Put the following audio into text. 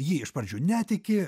ji iš pradžių netiki